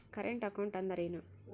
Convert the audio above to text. Current account ಅಂದರೇನು?